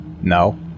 No